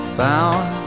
bound